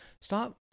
stop